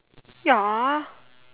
ya